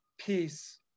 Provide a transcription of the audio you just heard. peace